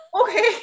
okay